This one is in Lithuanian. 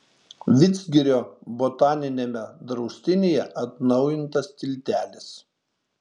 vidzgirio botaniniame draustinyje atnaujintas tiltelis